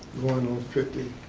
going on fifty.